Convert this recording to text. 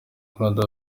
claude